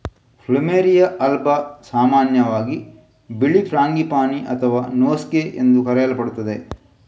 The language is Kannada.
ಪ್ಲುಮೆರಿಯಾ ಆಲ್ಬಾ ಸಾಮಾನ್ಯವಾಗಿ ಬಿಳಿ ಫ್ರಾಂಗಿಪಾನಿ ಅಥವಾ ನೋಸ್ಗೇ ಎಂದು ಕರೆಯಲ್ಪಡುತ್ತದೆ